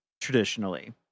Traditionally